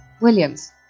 williams